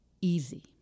easy